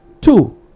Two